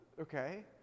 okay